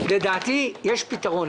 לדעתי יש פתרון.